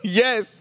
yes